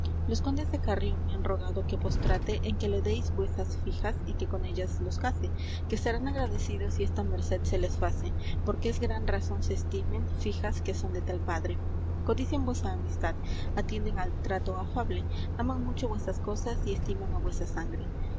condes de carrión me han rogado que vos trate en que les déis vuesas fijas y que con ellas los case que estarán agradecidos si esta merced se les face porque es gran razón se estimen fijas que son de tal padre codician vuesa amistad atienden al trato afable aman mucho vuesas cosas y estiman á vuesa sangre